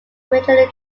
generally